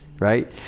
right